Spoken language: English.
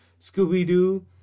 Scooby-Doo